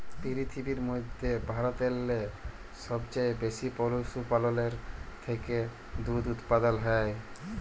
পিরথিবীর ম্যধে ভারতেল্লে সবচাঁয়ে বেশি পশুপাললের থ্যাকে দুহুদ উৎপাদল হ্যয়